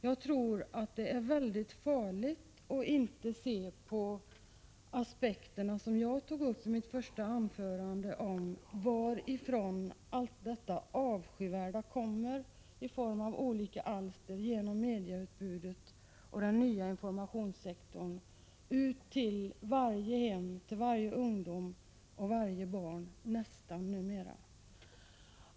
Jag tror att det är oerhört farligt att inte se de aspekter som jag belyste i mitt första anförande, varifrån allt detta avskyvärda kommer i form av olika alster, genom medieutbudet och den nya informationssektorn ut till nästan varje hem, varje ungdom och varje barn numera.